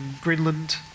Greenland